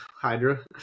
Hydra